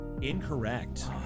Incorrect